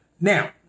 Now